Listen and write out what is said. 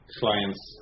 clients